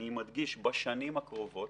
ואני מדגיש בשנים הקרובות,